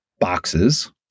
Boxes